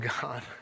God